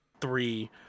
three